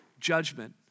judgment